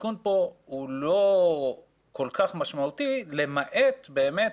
התיקון כאן הוא לא כל כך משמעותי למעט באמת